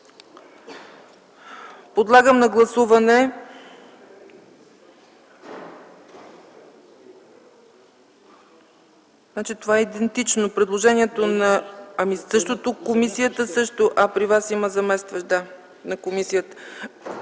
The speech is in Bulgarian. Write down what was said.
Подлагам на гласуване